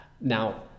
now